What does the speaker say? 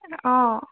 অঁ